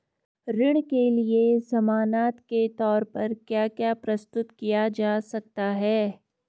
ऋण के लिए ज़मानात के तोर पर क्या क्या प्रस्तुत किया जा सकता है?